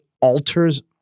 alters